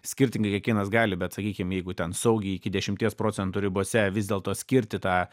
skirtingai kiekvienas gali bet sakykim jeigu ten saugiai iki dešimties procentų ribose vis dėlto skirti tą